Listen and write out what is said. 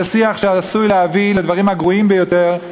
זה שיח שעשוי להביא לדברים הגרועים ביותר.